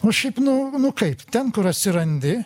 o šiaip nu nu kaip ten kur atsirandi